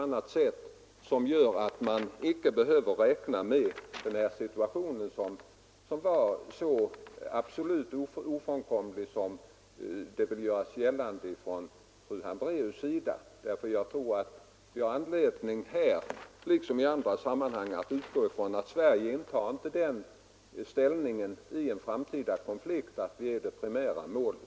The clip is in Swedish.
Detta gör att man icke behöver räkna med den nämnda svåra situationen som något så ofrånkomligt som fru Hambraeus vill göra gällande. Jag tror att vi här liksom i andra sammanhang har anledning utgå från att Sverige inte intar den ställningen vid en framtida konflikt att vi är det primära målet.